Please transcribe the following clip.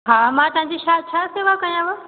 हां मां तव्हांजी शा छा शेवा कयाव